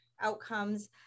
outcomes